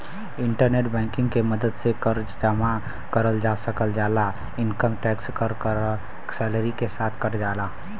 internet banking के मदद से कर जमा करल जा सकल जाला इनकम टैक्स क कर सैलरी के साथ कट जाला